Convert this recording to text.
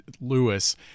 Lewis